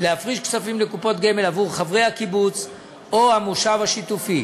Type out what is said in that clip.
להפריש כספים לקופות גמל עבור חברי הקיבוץ או המושב השיתופי.